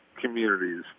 communities